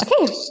Okay